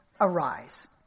arise